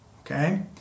Okay